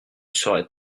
serait